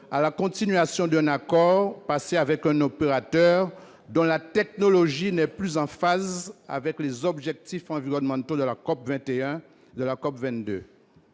à la continuation d'un accord passé avec un opérateur dont la technologie n'est plus en phase avec les objectifs environnementaux de la COP 21 et de la COP 22.